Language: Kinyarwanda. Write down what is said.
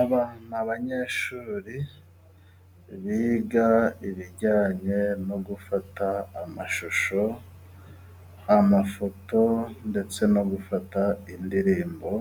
Aba ni abanyeshuri biga ibijyanye no gufata amashusho ,amafoto, ndetse no gufata indirimbo,